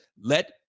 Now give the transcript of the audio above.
Let